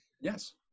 Yes